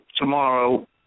tomorrow